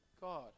god